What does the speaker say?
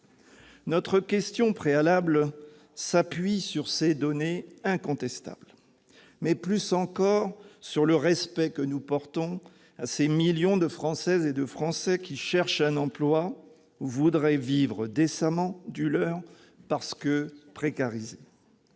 Notre question préalable s'appuie sur ces données incontestables, mais plus encore sur le respect que nous portons à ces millions de Françaises et de Français précarisés qui cherchent un emploi ou qui voudraient simplement vivre décemment du leur. Le Président